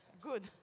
Good